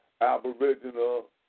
Aboriginal